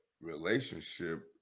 relationship